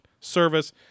service